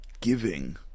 giving